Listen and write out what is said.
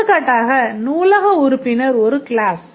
எடுத்துக்காட்டாக நூலக உறுப்பினர் ஒரு க்ளாஸ்